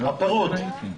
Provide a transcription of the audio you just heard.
הפירוט.